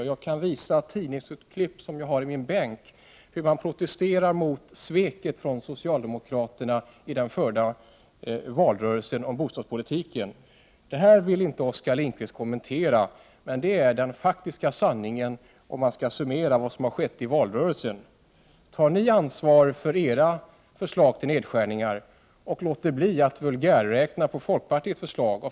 Jag skulle kunna visa tidningsurklipp, som jag har i min bänk och varav framgår hur man protesterar mot sveket från socialdemokraterna i den förda valrörelsen om bostadspolitiken. Det vill Oskar Lindkvist inte heller kommentera. Men detta är den faktiska sanningen, om man skall summera vad som skett i valrörelsen. Ta ansvar för era förslag till nedskärningar och låt bli att vulgärräkna på folkpartiets förslag!